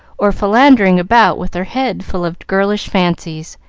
or philandering about with her head full of girlish fancies,